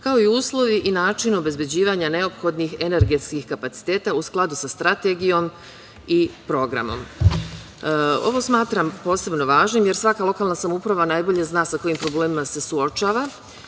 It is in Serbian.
kao i uslovi i načini obezbeđivanja neophodnih energetskih kapaciteta, u skladu sa strategijom i programom. Ovo smatram posebno važnim, jer svaka lokalna samouprava najbolje zna sa kojim problemom se suočava,